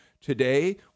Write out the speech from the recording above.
today